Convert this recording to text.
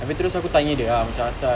abeh terus aku tanya dia ah cam asal